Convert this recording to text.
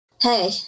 Hey